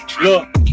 Look